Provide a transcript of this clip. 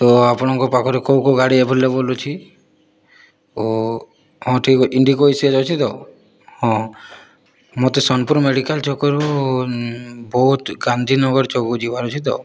ତ ଆପଣଙ୍କ ପାଖରେ କେଉଁ କେଉଁ ଗାଡ଼ି ଆଭେଲେବଲ ଅଛି ଓ ହଁ ଠିକ୍ ଇଣ୍ଡିଗୋ ଇସିଏଜ୍ ଅଛି ତ ହଁ ମୋତେ ସୋନପୁର ମେଡିକାଲ ଛକରୁ ବୌଦ୍ଧ ଗାନ୍ଧିନଗର ଛକକୁ ଯିବାର ଅଛି ତ